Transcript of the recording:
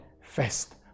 first